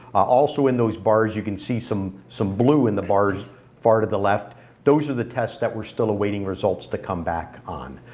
also in those bars you can see some some blue in the bars far to the left those are the tests that we're still awaiting results to come back on.